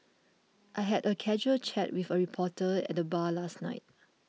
I had a casual chat with a reporter at the bar last night